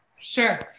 Sure